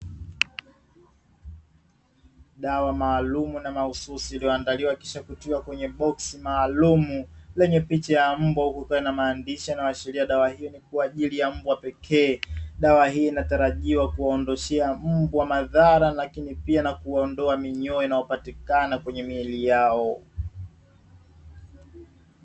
Dawa maalumu na mahususi iliyoandaliwa kisha kutiwa kwenye boksi maalumu lenye picha ya mbwa, huku ikiwa na maandishi inayoashiria dawa hiyo kuwa ni ya mbwa pekee. Dawa hii inatarajiwa kuwaondoshea mbwa madhara lakini pia na kuondoa minyo inayopatikana kwenye miili yao.